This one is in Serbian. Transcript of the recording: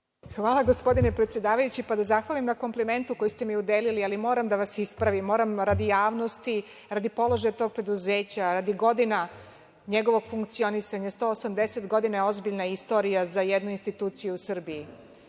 Hvala gospodine predsedavajući. Da zahvalim na komplimentu koji ste mi udelili, ali moram da vas ispravim, radi javnosti, radi položaja tog preduzeća, radi godina njegovog funkcionisanja, 180 godina je ozbiljna istorija za jednu instituciju u Srbiji.U